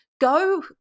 Go